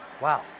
Wow